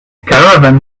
caravan